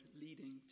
leading